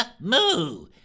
moo